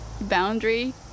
boundary